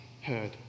heard